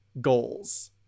goals